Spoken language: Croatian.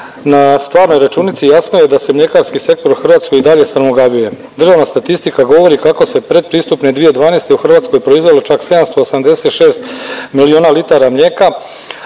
na stvarnoj računici jasno je da se mljekarski sektor u Hrvatskoj i dalje strmoglavljuje. Državna statistika govori kako se predpristupne 2012. u Hrvatskoj proizvelo čak 786 miliona litara mlijeka,